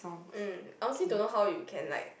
mm I honestly don't know how it can like